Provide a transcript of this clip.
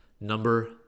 Number